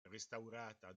restaurata